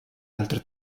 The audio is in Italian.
altre